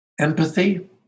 empathy